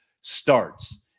starts